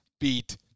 beat